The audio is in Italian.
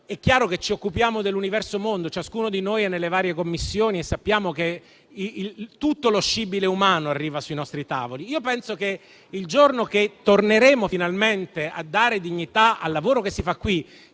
È chiaro che ci occupiamo dell'universo mondo, ciascuno di noi e nelle varie Commissioni, e sappiamo che tutto lo scibile umano arriva sui nostri tavoli. Auspico che un giorno torneremo finalmente a dare dignità al lavoro che si fa qui,